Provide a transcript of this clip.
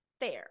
fair